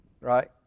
right